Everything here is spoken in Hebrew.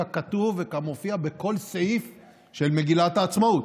ככתוב וכמופיע בכל סעיף של מגילת העצמאות.